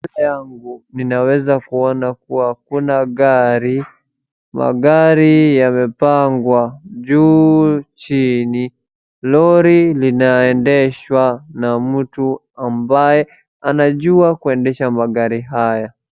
Mbele yangu ninaweza kuona kuwa kuna gari. Magari yamepangwa juu chini. Lori linaendeshwa na mtu ambaye anajua kuendesha magari haya.